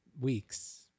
weeks